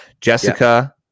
Jessica